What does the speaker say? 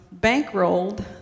bankrolled